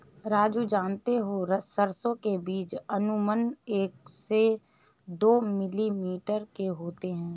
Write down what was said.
राजू जानते हो सरसों के बीज अमूमन एक से दो मिलीमीटर के होते हैं